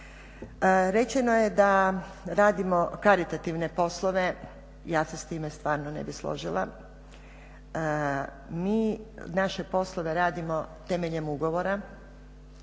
Rečeno je da radimo karitativne poslove, ja se s time stvarno ne bih složila. Mi naše poslove radimo temeljem ugovora